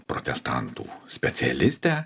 protestantų specialistę